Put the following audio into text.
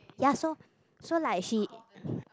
ya so so like she